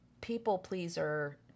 people-pleaser